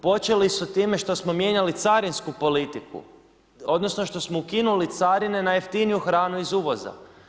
Počeli su time da smo mijenjali carinsku politiku, onda, što smo ukinuli carine na jeftiniju hranu iz uvoza.